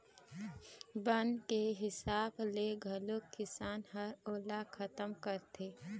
बन के हिसाब ले घलोक किसान ह ओला खतम करथे